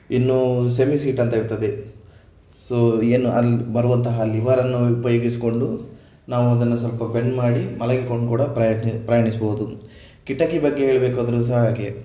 ಇನ್ನು semi seat ಅಂತ ಇರ್ತದೆ ಸೊ ಏನು ಅಲ್ಲಿ ಬರುವಂತಹ ಲಿವರನ್ನು ಉಪಯೋಗಿಸಿಕೊಂಡು ನಾವು ಅದನ್ನು ಸ್ವಲ್ಪ ಬೆಂಡ್ ಮಾಡಿ ಮಲಗಿಕೊಂಡು ಕೂಡ ಪ್ರಯಣಿ ಪ್ರಯಾಣಿಸಬಹುದು ಕಿಟಕಿ ಬಗ್ಗೆ ಹೇಳಬೇಕೆಂದರೂ ಸಹ ಹಾಗೆ